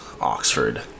Oxford